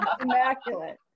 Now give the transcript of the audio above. Immaculate